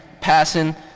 passing